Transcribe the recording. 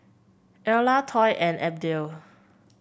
Erla Toy and Abdiel